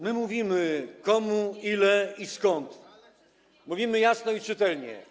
My mówimy, komu, ile i skąd, mówimy jasno i czytelnie.